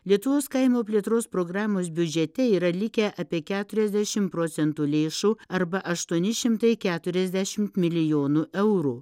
lietuvos kaimo plėtros programos biudžete yra likę apie keturiasdešim procentų lėšų arba aštuoni šimtai keturiasdešimt milijonų eurų